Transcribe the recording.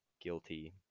guilty